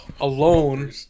alone